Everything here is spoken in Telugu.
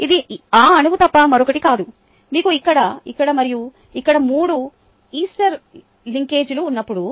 అది ఈ అణువు తప్ప మరొకటి కాదు మీకు ఇక్కడ ఇక్కడ మరియు ఇక్కడ మూడు ఈస్టర్ లింకేజీలు ఉన్నపుడు